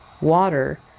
water